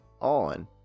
on